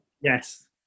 yes